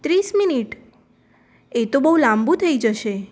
ત્રીસ મિનિટ એ તો બહુ લાંબું થઈ જશે